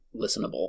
listenable